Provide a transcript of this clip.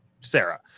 Sarah